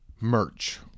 merch